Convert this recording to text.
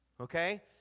Okay